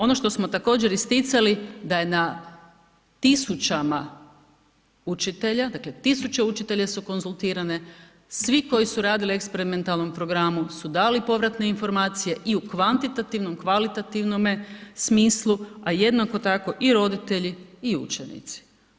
Ono što smo također isticali da je na tisućama učitelja, dakle tisuće učitelja su konzultirane, svi koji su radili u eksperimentalnom programu su dali povratne informacije i u kvantitavnom, kvalitativnome smislu, a jednako tako i roditelji i učenici.